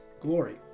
glory